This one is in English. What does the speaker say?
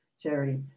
charity